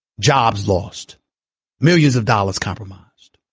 jobs lost millions of dollars compromised